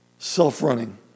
Self-running